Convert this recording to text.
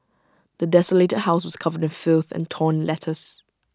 the desolated house was covered in filth and torn letters